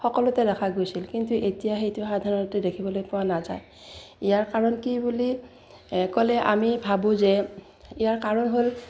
সকলোতে দেখা গৈছিল কিন্তু এতিয়া সেইটো সাধাৰণতে দেখিবলৈ পোৱা নাযায় ইয়াৰ কাৰণ কি বুলি ক'লে আমি ভাবোঁ যে ইয়াৰ কাৰণ হ'ল